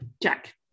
Jack